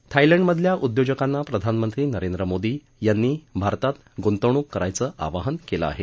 थायलंडमधल्या उद्योगाकांना प्रधानमंत्री नरेंद्र मोदी यांनी भारतात गुंतवणूक करायच आवाहन केलं आहे